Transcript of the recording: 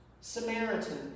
Samaritan